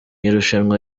irushanwa